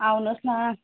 आउनुहोस् न